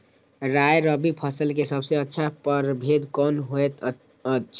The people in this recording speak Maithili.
राय रबि फसल के सबसे अच्छा परभेद कोन होयत अछि?